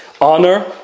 Honor